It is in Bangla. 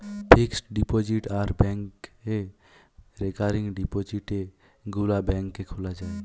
ফিক্সড ডিপোজিট আর ব্যাংকে রেকারিং ডিপোজিটে গুলা ব্যাংকে খোলা যায়